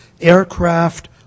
aircraft